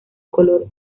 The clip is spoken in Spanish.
color